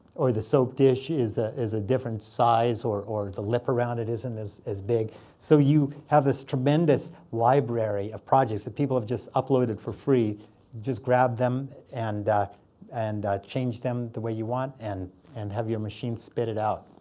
or the soap dish is ah is a different size or or the lip around it isn't as big. so you have this tremendous library of projects that people have just uploaded for free. you just grab them and and change them the way you want and and have your machine spit it out.